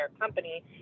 Company